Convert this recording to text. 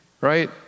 Right